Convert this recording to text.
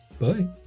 Bye